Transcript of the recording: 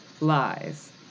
lies